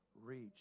reach